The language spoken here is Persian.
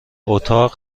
اتاق